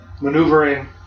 maneuvering